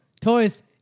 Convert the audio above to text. toys